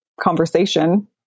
conversation